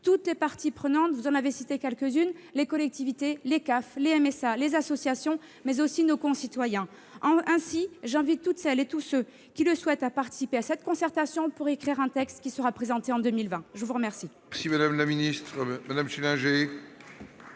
toutes les parties prenantes- vous en avez cité quelques-unes -: les collectivités, les CAF, les MSA, les associations, mais aussi nos concitoyens. Aussi, j'invite toutes celles et tous ceux qui le souhaitent à participer à cette concertation pour élaborer un texte qui sera présenté en 2020. La parole